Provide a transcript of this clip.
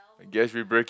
I guess we break